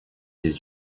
ses